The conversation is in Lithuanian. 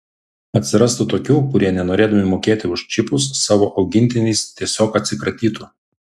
atsirastų tokių kurie nenorėdami mokėti už čipus savo augintiniais tiesiog atsikratytų